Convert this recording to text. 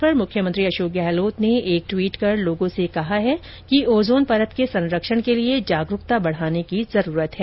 इस अवसर पर मुख्यमंत्री अशोक गहलोत ने एक ट्वीट कर लोगों से कहा है कि ओजोन परत के संरक्षण के लिए जागरूकता बढाने की जरूरत है